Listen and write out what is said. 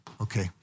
Okay